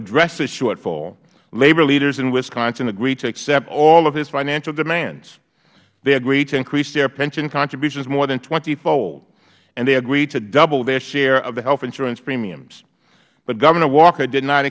address this shortfall labor leaders in wisconsin agreed to accept all of his financial demands they agreed to increase their pension contributions more than twentyfold and they agreed to double their share of the health insurance premiums but governor walker did not